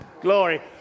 Glory